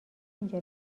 اینجا